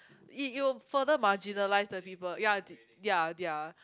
it it will further marginalise the people ya did ya their